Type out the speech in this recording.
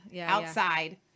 outside